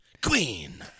Queen